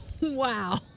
Wow